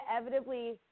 inevitably